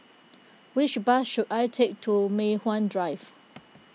which bus should I take to Mei Hwan Drive